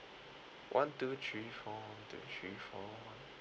one two three four two three four